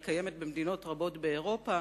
היא קיימת במדינות רבות באירופה,